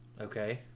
Okay